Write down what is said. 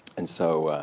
and so